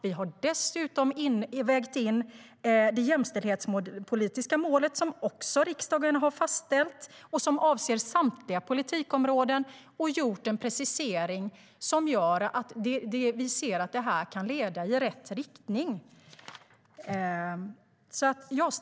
Vi har dessutom vägt in det jämställdhetspolitiska målet, som också riksdagen har fastställt och som avser samtliga politikområden, och vi har gjort en precisering som kan leda i rätt riktning.